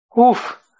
Oof